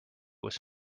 was